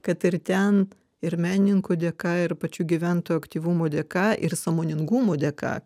kad ir ten ir menininkų dėka ir pačių gyventojų aktyvumo dėka ir sąmoningumo dėka